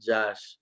Josh